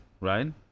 right